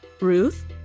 Ruth